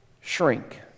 shrink